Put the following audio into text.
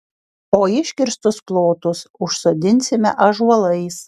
o iškirstus plotus užsodinsime ąžuolais